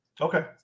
Okay